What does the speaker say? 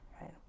right